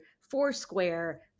Foursquare